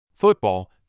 Football